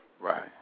Right